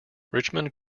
richmond